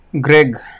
Greg